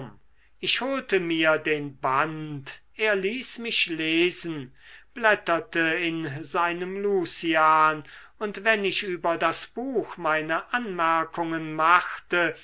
ich holte mir den band er ließ mich lesen blätterte in seinem lucian und wenn ich über das buch meine anmerkungen machte